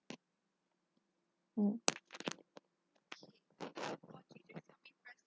mm